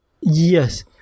Yes